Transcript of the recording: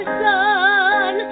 sun